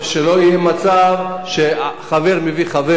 שלא יהיה מצב שחבר מביא חבר.